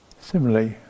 Similarly